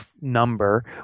number